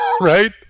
Right